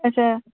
اَچھا